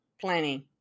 planning